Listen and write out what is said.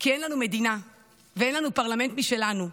כי אין לנו מדינה ואין לנו פרלמנט משלנו.